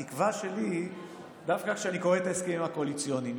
התקווה שלי היא דווקא כשאני קורא את ההסכמים הקואליציוניים.